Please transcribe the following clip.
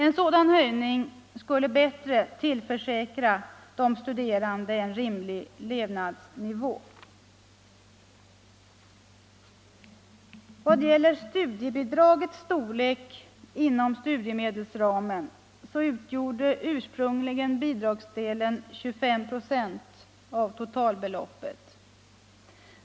En sådan höjning skulle bättre tillförsäkra de studerande en rimlig levnadsnivå. Vad gäller studiebidragets storlek inom studiemedelsramen så utgjorde ursprungligen bidragsdelen 25 96 av totalbeloppet.